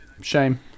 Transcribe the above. shame